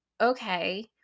okay